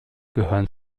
gehören